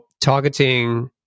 targeting